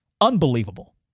Unbelievable